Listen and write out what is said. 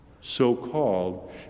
So-called